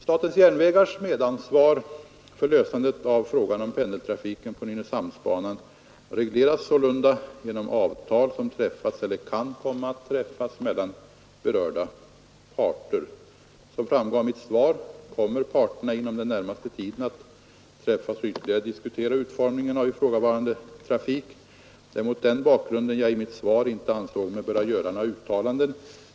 Statens järnvägars medansvar för lösandet av frågan om pendeltrafiken på Nynäshamnsbanan regleras sålunda genom avtal som träffats eller kan komma att träffas mellan berörda parter. Som framgår av mitt svar kommer parterna inom den närmaste tiden att träffas och ytterligare diskutera utformningen av ifrågavarande trafik. Det är av den anledningen jag i mitt svar inte har ansett mig böra göra några uttalanden.